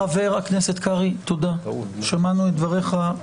חבר הכנסת קרעי תודה, שמענו את דבריך.